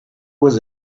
was